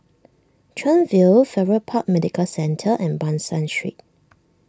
Chuan View Farrer Park Medical Centre and Ban San Street